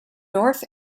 north